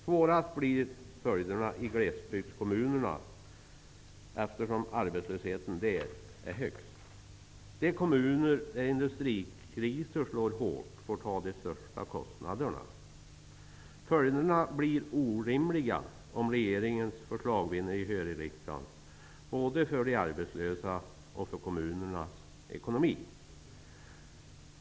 Svårast blir följderna i glesbygdskommunerna, eftersom arbetslösheten där är högst. De kommuner där industrikriser slår hårt drabbas av de största kostnaderna. Om regeringens förslag vinner gehör i riksdagen, blir följderna orimliga både för de arbetslösa och för kommunernas ekonomi.